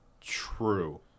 true